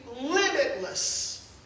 limitless